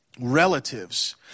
Relatives